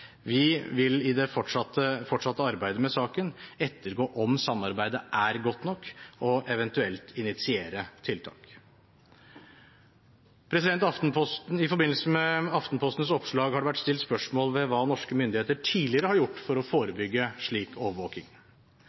Vi vil i det fortsatte arbeidet med saken ettergå om samarbeidet er godt nok og eventuelt initiere tiltak. I forbindelse med Aftenpostens oppslag har det vært stilt spørsmål ved hva norske myndigheter tidligere har gjort for å forebygge slik overvåking.